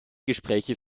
gespräche